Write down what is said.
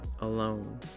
alone